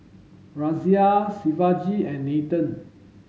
Razia Shivaji and Nathan